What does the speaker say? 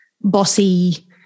bossy